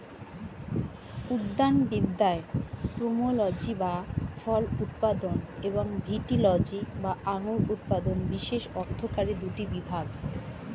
উদ্যানবিদ্যায় পোমোলজি বা ফল উৎপাদন এবং ভিটিলজি বা আঙুর উৎপাদন বিশেষ অর্থকরী দুটি বিভাগ